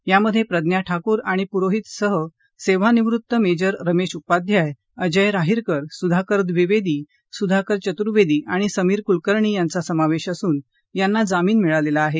यामधे प्रज्ञा ठाकूर आणि पुरोहित सह सेवानिवृत्त मेजर रमेश उपाध्याय अजय राहिरकर सुधाकर द्विवेदी सुधाकर चतुवैदी आणि समीर कुलकर्णी यांचा समावेश असून यांना जामीन मिळालेला आहे